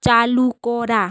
চালু করা